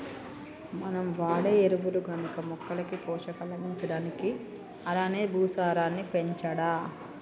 మనం వాడే ఎరువులు గనక మొక్కలకి పోషకాలు అందించడానికి అలానే భూసారాన్ని పెంచడా